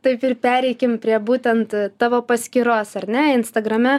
taip ir pereikim prie būtent tavo paskyros ar ne instagrame